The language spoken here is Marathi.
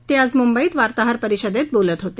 ते आज मुंबईत वार्ताहर परिषदेत बोलत होते